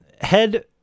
head